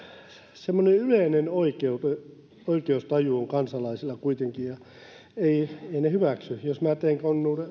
semmoinen yleinen oikeustaju on kansalaisilla kuitenkin ja eivät he hyväksy tätä jos minä teen konnuuden